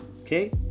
okay